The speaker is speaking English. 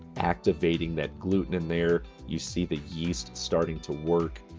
activating that gluten in there. you see the yeast starting to work.